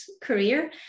career